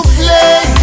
play